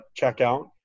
checkout